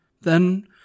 Then